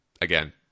again